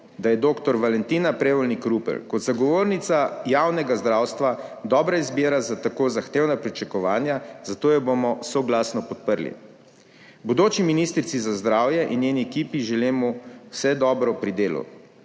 da je dr. Valentina Prevolnik Rupel kot zagovornica javnega zdravstva dobra izbira za tako zahtevna pričakovanja, zato jo bomo soglasno podprli. Bodoči ministrici za zdravje in njeni ekipi želimo vse dobro pri delu.